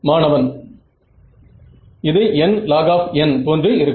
மாணவன் இது nlog போன்று இருக்கும்